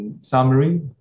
summary